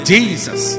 Jesus